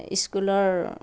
স্কুলৰ